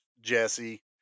Jesse